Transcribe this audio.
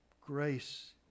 grace